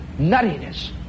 nuttiness